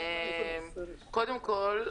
קודם כל,